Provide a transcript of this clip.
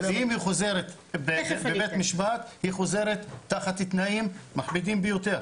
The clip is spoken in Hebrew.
אם היא חוזרת בבית-משפט היא חוזרת תחת תנאים מחמירים ביותר,